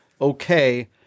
okay